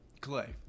Clay